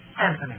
Anthony